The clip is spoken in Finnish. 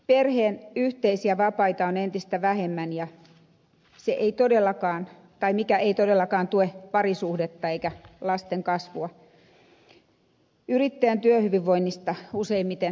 perheen yhteisiä vapaita on entistä vähemmän mikä ei todellakaan tue parisuhdetta eikä lasten kasvua yrittäjän työhyvinvoinnista useimmiten puhumattakaan